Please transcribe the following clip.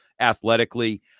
athletically